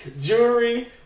Jewelry